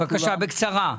בבקשה, בקצרה.